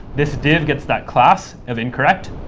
this div gets that class of incorrect.